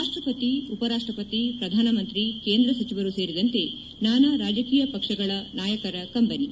ರಾಷ್ತ್ರಪತಿ ಉಪರಾಷ್ತ್ರಪತಿ ಪ್ರಧಾನಮಂತ್ರಿ ಕೇಂದ್ರ ಸಚಿವರು ಸೇರಿದಂತೆ ನಾನಾ ರಾಜಕೀಯ ಪಕ್ಷಗಳ ನಾಯಕರ ಕಂಬನಿ